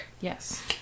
Yes